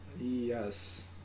yes